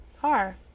car